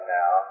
now